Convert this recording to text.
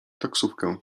taksówkę